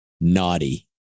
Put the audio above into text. naughty